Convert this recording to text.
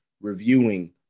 reviewing